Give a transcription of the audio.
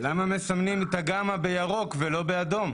את הגמא בירוק ולא באדום?